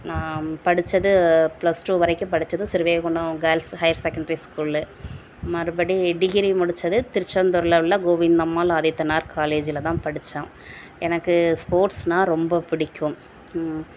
நான் படித்தது plus two வரைக்கும் படித்தது Srivaikuntam girls higher secondary school மறுபடி டிகிரி முடித்தது திருச்செந்தூரில் உள்ள கோவிந்தம்மாள் ஆதித்தனார் காலேஜில் தான் படித்தேன் எனக்கு ஸ்போர்ட்ஸுனால் ரொம்ப பிடிக்கும்